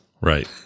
right